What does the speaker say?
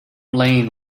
lane